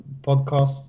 podcast